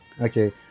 Okay